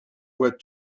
vois